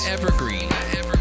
Evergreen